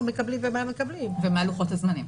מקבלים ומה הם מקבלים ומהם לוחות הזמנים.